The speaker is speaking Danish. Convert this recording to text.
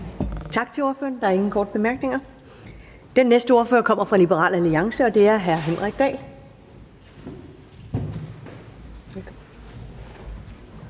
Tak til ordføreren. Der er ingen korte bemærkninger. Den næste ordfører kommer fra Liberal Alliance, og det er hr. Henrik Dahl.